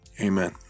Amen